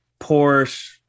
Porsche